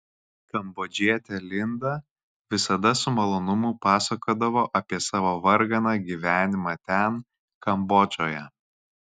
kambodžietė linda visada su malonumu pasakodavo apie savo varganą gyvenimą ten kambodžoje